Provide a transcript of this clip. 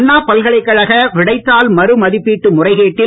அண்ணா பல்கலைக்கழக விடைத்தாள் மறுமதிப்பீட்டு முறைகேட்டில்